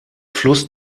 fluss